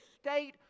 state